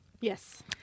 yes